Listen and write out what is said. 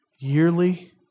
yearly